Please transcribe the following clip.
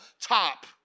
top